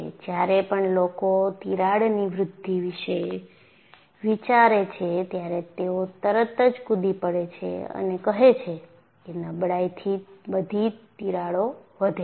જ્યારે પણ લોકો તિરાડની વૃદ્ધિ વિશે વિચારે છે ત્યારે તેઓ તરત જ કૂદી પડે છે અને કહે છે કે નબળાઈથી બધી તિરાડો વધે છે